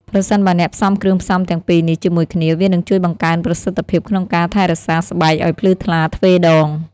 ប្រសិនបើអ្នកផ្សំគ្រឿងផ្សំទាំងពីរនេះជាមួយគ្នា វានឹងជួយបង្កើនប្រសិទ្ធភាពក្នុងការថែរក្សាស្បែកឲ្យភ្លឺថ្លាទ្វេដង។